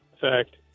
Fact